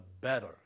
better